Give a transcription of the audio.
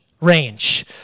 range